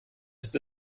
ist